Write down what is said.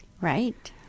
Right